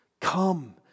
come